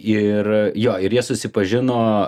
ir jo ir jie susipažino